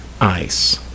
ice